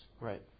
Right